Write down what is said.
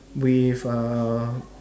with a